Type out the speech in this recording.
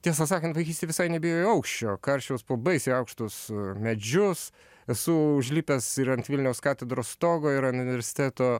tiesą sakant vaikystėj visai nebijojau aukščio karsčiaus po baisiai aukštus medžius esu užlipęs ir ant vilniaus katedros stogo ir an universiteto